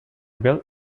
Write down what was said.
built